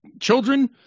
children